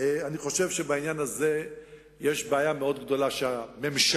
אני חושב שבעניין הזה יש בעיה מאוד גדולה שהממשלה